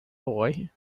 boy